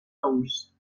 tous